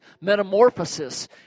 metamorphosis